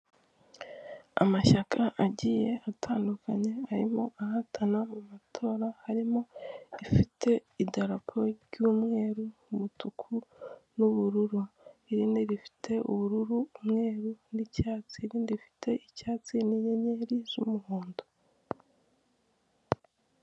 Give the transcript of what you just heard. Amashyaka agiye atandukanye arimo ahatana, amatora harimo ifite idarapo ry'umweru umutuku n'ubururu iini rifite ubururu umweru n'icyatsi rindifite icyatsi n'inyenyeri z'umuhondo.